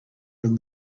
from